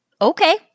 okay